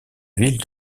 ville